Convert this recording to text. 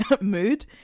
mood